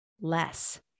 less